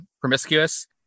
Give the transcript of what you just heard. promiscuous